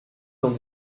dans